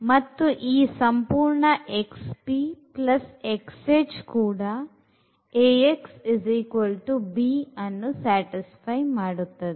ಮತ್ತು ಈ ಸಂಪೂರ್ಣ xpxh ಕೂಡ Ax b ಅನ್ನು satisfy ಮಾಡುತ್ತದೆ